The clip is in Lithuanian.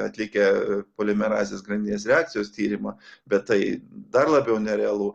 atlikę polimerazės grandinės reakcijos tyrimą bet tai dar labiau nerealu